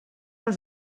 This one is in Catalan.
ens